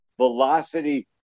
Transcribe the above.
velocity